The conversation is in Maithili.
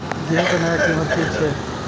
गेहूं के नया कीमत की छे?